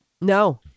No